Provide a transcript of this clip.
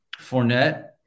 Fournette